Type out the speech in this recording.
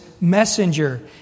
messenger